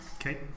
Okay